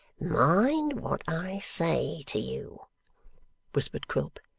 mind what i say to you whispered quilp.